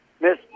Miss